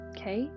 okay